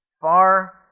Far